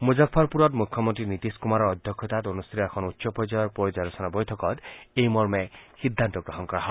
মুজফ্ফপুৰত মুখ্য মন্ত্ৰী নীতীশ কুমাৰৰ অধ্যক্ষতাত অনুষ্ঠিত এখন উচ্চ পৰ্যায়ৰ পৰ্যালোচনা বৈঠকত এই মৰ্মে সিদ্ধান্ত গ্ৰহণ কৰা হয়